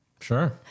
Sure